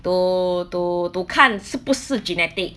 to to to 看是不是 genetic